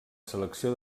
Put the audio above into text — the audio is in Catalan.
selecció